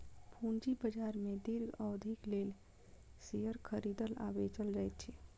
पूंजी बाजार में दीर्घ अवधिक लेल शेयर खरीदल आ बेचल जाइत अछि